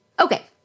Okay